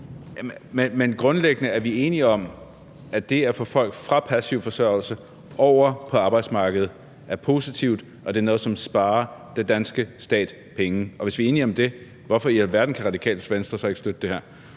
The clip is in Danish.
Men grundlæggende er vi enige om, at det at få folk fra passiv forsørgelse over til arbejdsmarkedet er positivt, og at det er noget, som sparer den danske stat penge. Og hvis vi er enige om det, hvorfor i alverden kan Radikale Venstre så ikke støtte det her?